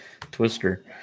twister